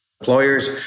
Employers